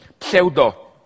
pseudo